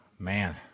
Man